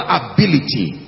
ability